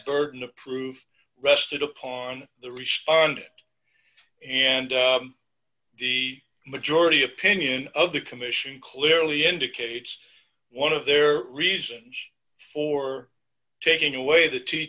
burden of proof rested upon the respond it and the majority opinion of the commission clearly indicates one of their reasons for taking away the t